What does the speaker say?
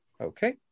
Okay